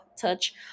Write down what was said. touch